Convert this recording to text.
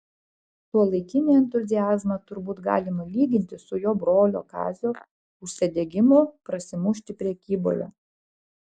tuolaikinį entuziazmą turbūt galima lyginti su jo brolio kazio užsidegimu prasimušti prekyboje